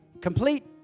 complete